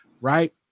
Right